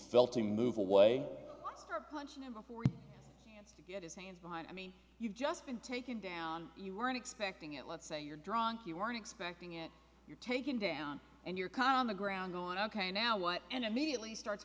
felt to move away and to get his hands behind i mean you've just been taken down you weren't expecting it let's say you're drunk you weren't expecting it you're taken down and your common ground on ok now what and immediately start